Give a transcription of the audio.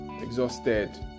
exhausted